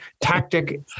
tactic